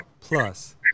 plus